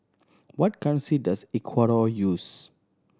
what currency does Ecuador use